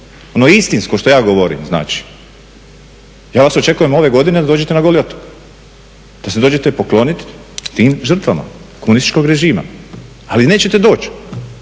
Ono istinsko što ja govorim znači, ja vas očekujem ove godine da dođete na Goli otok, da se dođete poklonit tim žrtvama komunističkog režima. Ali nećete doći